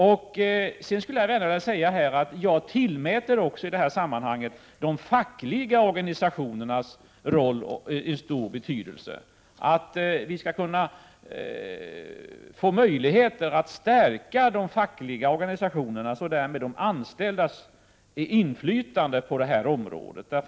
Jag vill säga att jag i detta sammanhang också tillmäter de fackliga organisationerna en stor betydelse. Jag hoppas att vi skall få möjligheter att stärka de fackliga organisationernas och därmed de anställdas inflytande på detta område.